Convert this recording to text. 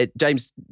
James